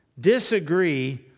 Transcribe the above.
disagree